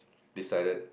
decided